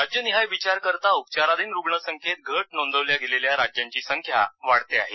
राज्य निहाय विचार करता उपचाराधीन रुग्णसंख्येत घट नोंदवल्या गेलेल्या राज्यांची संख्या वाढते आहे